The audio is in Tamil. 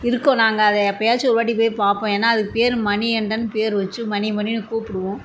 இருக்கோம் நாங்கள் அதை எப்போயாச்சும் ஒருவாட்டி போய் பார்ப்போம் ஏன்னா அது பேரு மணிகண்டன்னு பேர் வச்சி மணி மணின்னு கூப்புடுவோம்